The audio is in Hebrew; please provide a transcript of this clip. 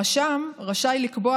הרשם רשאי לקבוע,